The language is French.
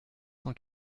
cent